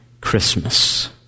Christmas